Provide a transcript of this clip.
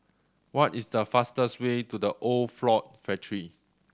what is the fastest way to The Old Floor Factory